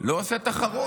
הוא שאל.